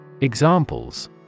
Examples